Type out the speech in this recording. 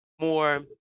more